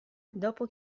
dopo